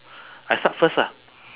I start first lah